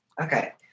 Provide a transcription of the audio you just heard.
Okay